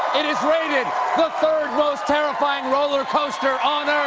it is rated the third moses terrifying roller coaster on earth.